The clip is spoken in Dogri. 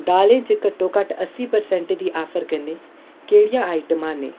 दालें च घट्टोघट्ट अस्सी परसैंटें दी आफर कन्नै केह्ड़ियां आइटमां न